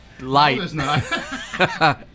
light